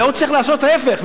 בעוד שצריך לעשות ההיפך,